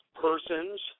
persons